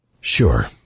Sure